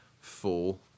full